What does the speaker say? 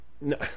No